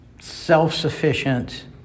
self-sufficient